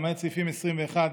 למעט סעיפים 21,